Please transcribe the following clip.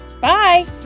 bye